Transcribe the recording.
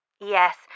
Yes